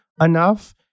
enough